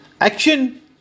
Action